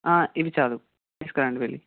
ఇవి చాలు తీసుకురండి వెళ్ళి